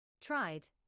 Tried